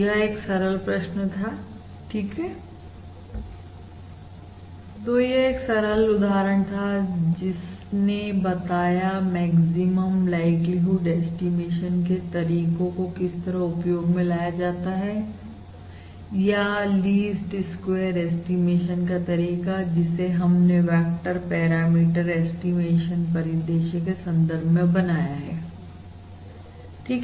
तो यह एक सरल प्रश्न था ठीक है तो यह एक सरल उदाहरण था जिसने बताया मैक्सिमम लाइक्लीहुड ऐस्टीमेशन के तरीकों को किस तरह उपयोग में लाया जाता है या लीस्ट स्क्वेयर ऐस्टीमेशन का तरीका जिसे हमने वेक्टर पैरामीटर ऐस्टीमेशन परिदृश्य के संदर्भ में बनाया है ठीक है